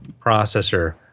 processor